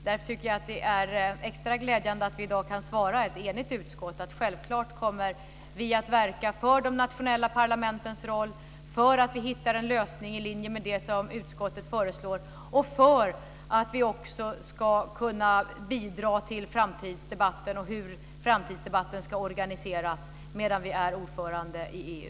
Därför tycker jag att det är extra glädjande att ett enigt utskott i dag kan svara att vi självklart kommer att verka för de nationella parlamentens roll, för att vi hittar en lösning i linje med det som utskottet föreslår och för att vi också ska kunna bidra till framtidsdebatten och hur den ska organiseras medan vi är ordförande i EU.